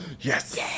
Yes